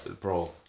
bro